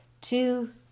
two